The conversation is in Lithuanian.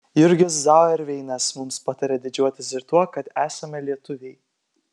jurgis zauerveinas mums patarė didžiuotis ir tuo kad esame lietuviai